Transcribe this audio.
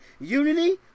Unity